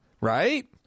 Right